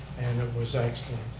and it was excellent.